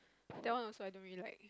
that one also I don't really like